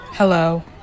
Hello